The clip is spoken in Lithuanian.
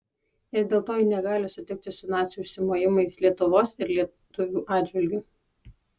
ir dėl to ji negali sutikti su nacių užsimojimais lietuvos ir lietuvių atžvilgiu